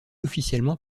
officiellement